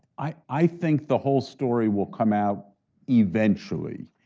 i think the whole story will come out eventually.